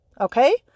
Okay